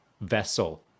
vessel